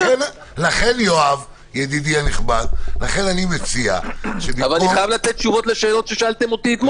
לכן אני מציע- -- אבל אני חייב לתת תשובות לשאלות ששאלתם אותי אתמול.